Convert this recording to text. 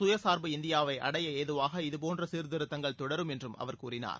சுயசார்பு இந்தியாவை அடைய ஏதுவாக இதுபோன்ற சீர்திருத்தங்கள் தொடரும் என்றும் அவர் கூறினார்